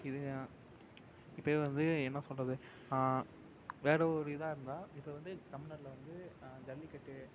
இது இது பேர் வந்து என்ன சொல்கிறது வேறு ஒரு இதாக இருந்தால் இது வந்து தமிழ்நாட்டுல வந்து ஜல்லிக்கட்டு